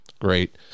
Great